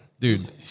dude